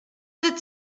that